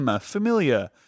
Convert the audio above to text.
Familiar